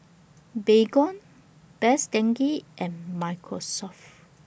Baygon Best Denki and Microsoft